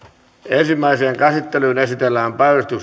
ensimmäiseen käsittelyyn esitellään